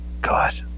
God